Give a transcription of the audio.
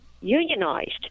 unionized